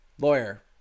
Lawyer